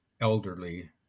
elderly